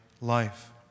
life